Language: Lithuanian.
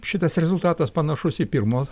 šitas rezultatas panašus į pirmo